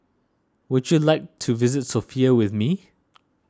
would you like to visit Sofia with me